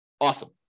Awesome